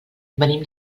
venim